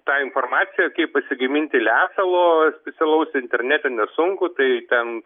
tą informaciją kaip pasigaminti lesalo specialaus internete nesunku tai ten